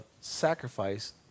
sacrifice